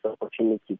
opportunity